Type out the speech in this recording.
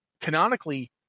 Canonically